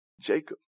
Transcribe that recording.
jacob